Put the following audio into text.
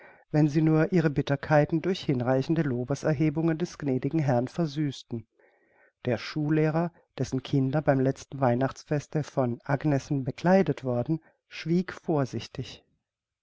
wenn sie nur ihre bitterkeiten durch hinreichende lobeserhebungen des gnädigen herrn versüßten der schullehrer dessen kinder beim letzten weihnachtsfeste von agnesen bekleidet worden schwieg vorsichtig